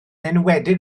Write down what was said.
enwedig